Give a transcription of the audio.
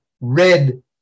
red